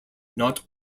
not